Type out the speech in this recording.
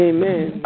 Amen